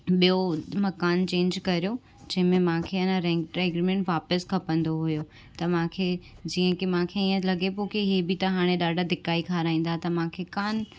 ॿियो मकानु चेंज यो जंहिंमे मांखे आहे न रेंट एग्रीमेंट वापिसि खपंदो हुओ त मूंखे जीअं की इहो लॻे पियो की इहे बि त हाणे ॾाढा धिका ई खाराईंदा त मूंखे कोन